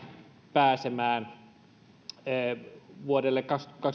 pääsemään ja vuodelle